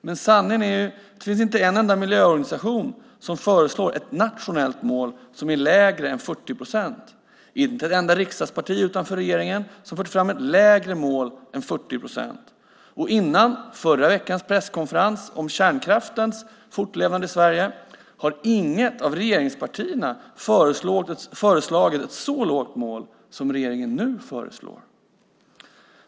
Men sanningen är att det inte finns en enda miljöorganisation som föreslår ett nationellt mål som är lägre än 40 procent och att det inte finns ett enda riksdagsparti utanför regeringen som har fört fram ett lägre mål än 40 procent. Före förra veckans presskonferens om kärnkraftens fortlevande i Sverige har inget av regeringspartierna föreslagit ett så lågt mål som regeringen nu föreslår.